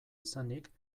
izanik